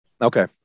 Okay